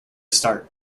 start